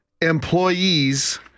employees